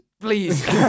please